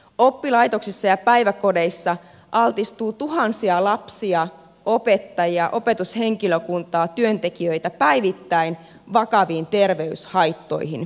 oppilaitoksissa ja päiväkodeissa altistuu tuhansia lapsia opettajia opetushenkilökuntaa työntekijöitä päivittäin vakaviin terveyshaittoihin